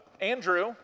Andrew